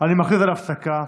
אני מכריז על הפסקה.